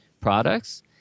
products